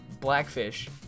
Blackfish